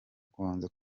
kubanza